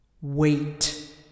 wait